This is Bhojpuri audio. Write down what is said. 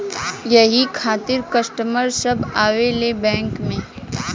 यही खातिन कस्टमर सब आवा ले बैंक मे?